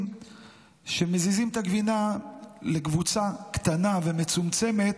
שמזיזים את הגבינה לקבוצה קטנה ומצומצמת,